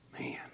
man